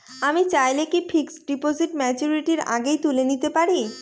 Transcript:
আমি চাইলে কি ফিক্সড ডিপোজিট ম্যাচুরিটির আগেই তুলে নিতে পারি?